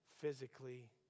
physically